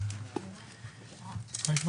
הישיבה